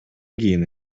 кийин